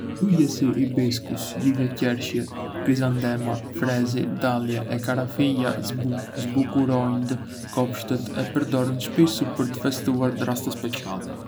Lule si hibiskus, lule qershie, krizantema, fresi, dahlie e karafila zbukurojndë kopshtet e përdoren shpissu për të festuar raste speciale.